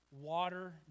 water